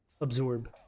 Absorb